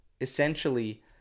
essentially